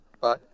Bye